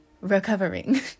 recovering